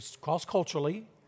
cross-culturally